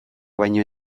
baino